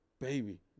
baby